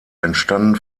entstanden